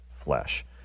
flesh